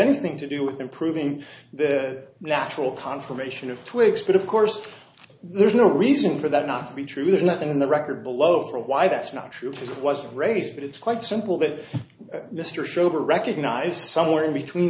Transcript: anything to do with improving the natural conservation of twigs but of course there's no reason for that not to be true there's nothing in the record below for why that's not true because it wasn't raised but it's quite simple that mr schober recognized somewhere in between